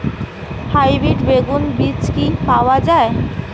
Hybrid বেগুন বীজ কি পাওয়া য়ায়?